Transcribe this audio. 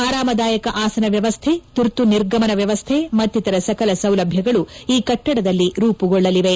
ಆರಾಮದಾಯಕ ಆಸನ ವ್ಯವಸ್ಟೆ ತುರ್ತು ನಿರ್ಗಮನ ವ್ಯವಸ್ಟೆ ಮತ್ತಿತರ ಸಕಲ ಸೌಲಭ್ಯಗಳು ಈ ಕಟ್ಟಡದಲ್ಲಿ ರೂಪುಗೊಳ್ಳಲಿವೆ